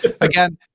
again